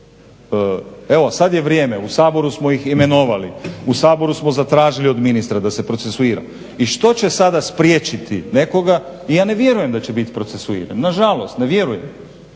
evo sada je vrijeme u Saboru smo ih imenovali, u Saboru smo zatražili od ministra da se procesuira i što će sada spriječiti nekoga. Ja ne vjerujem da će biti procesuiran, nažalost ne vjerujem.